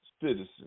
citizen